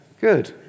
Good